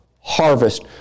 harvest